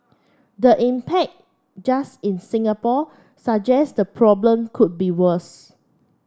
the impact just in Singapore suggests the problem could be worse